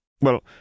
Well—